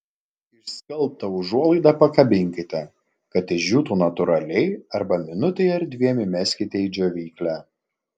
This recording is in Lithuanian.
išskalbtą užuolaidą pakabinkite kad išdžiūtų natūraliai arba minutei ar dviem įmeskite į džiovyklę